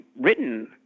written